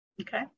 okay